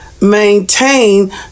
maintain